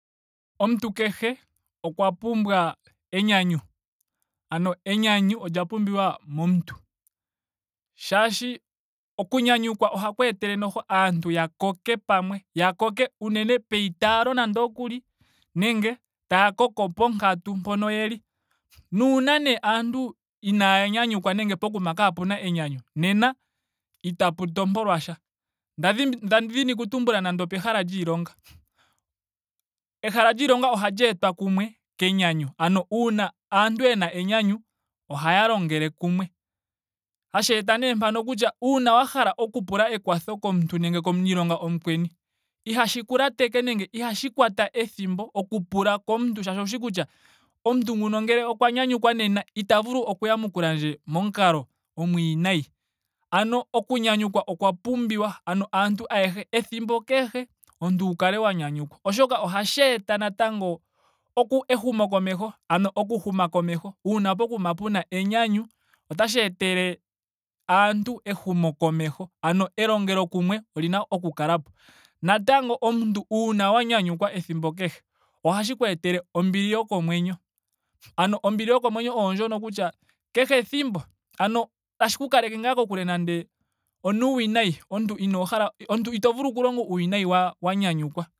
Omuntu kehe okwa pumbwa enyanyu. Ano enyanyu olya pumbiwa momuntu. Shaashi oku nyanyukwa ohaku etele noho aantu ya koke pamwe. ya koke unene paitaalo nando okuli nenge taya koko ponkatu mpoka yeli. Na uuna nee aantu inaaya nyanyukwa nenge pokuma pwaahena enyanyu nena itapu tompolwasha. Nda dhimbi nda dhini oku tumbula nande opehala lyiilonga. Ehala lyiilonga ohali etwa kumwe kenyanyu. Ano uuna aantu yena enyanyu ohaya longele kumwe. Hashi eta nee mpano kutya uuna wa hala okupula ekwatho komuntu nenge komuniilonga omukweni. ihaku lateke nenge ihashi kwata ethimbo okupula komuntu shaashi owushi kutya omuntu nguno ngele okwa nyanyukwa nena ita vulu oku yamukulandje momukalo omwiinayi. Ano oku nyanyukwa okwa pumbiwa. ano aantu ayehe. ethimbo kehe omuntu wu kale wa nyanyukwa. Oshka ohashi eta natango oku- ehumokomeho. ano oku huma komeho uuna pokuma pena enyanyu otashi etele aantu ehumokomeho. Ano elongelokumwe olina oku kalapo. Natango omuntu uuna wa nyanyukwa ethimbo kehe ohashi ku etele ombili yokomwenyo. ano ombili yokomwenyo oondjono kutya kehe ethimbo. ano tashi ku kaleke ngaa kokula nando onuuwinayi. omuntu inoo hala omuntu ito vulu oku longa uuwinayi wa nyanyukwa.